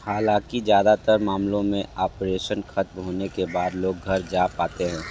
हालांकि ज़्यादातर मामलों में आपरेशन ख़त्म होने के बाद लोग घर जा पाते हैं